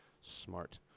smart